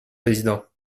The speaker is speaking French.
président